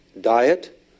diet